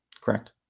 correct